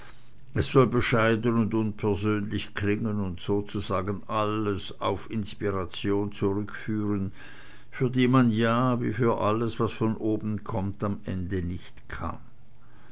es soll bescheiden und unpersönlich klingen und sozusagen alles auf inspiration zurückführen für die man ja wie für alles was von oben kommt am ende nicht kann